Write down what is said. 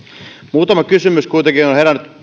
muutama kysymys ja ajatus kuitenkin on herännyt